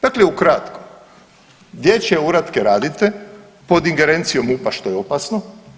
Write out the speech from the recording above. Dakle ukratko, dječje uratke radite pod ingerencijom MUP-a, što je opasno.